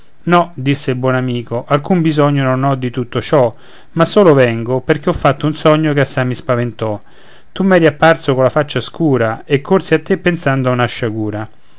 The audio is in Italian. no disse il buon amico alcun bisogno non ho di tutto ciò ma solo vengo perché ho fatto un sogno che assai mi spaventò tu m'eri apparso colla faccia scura e corsi a te pensando a una sciagura